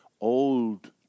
Old